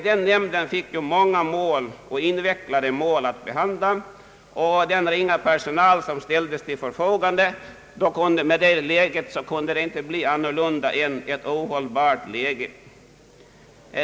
Denna nämnd fick många och invecklade mål att behandla, och med den fåtaliga personal som ställdes till förfogande kunde situationen inte bli annat än ohållbar.